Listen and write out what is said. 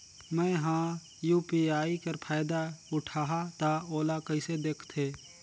मैं ह यू.पी.आई कर फायदा उठाहा ता ओला कइसे दखथे?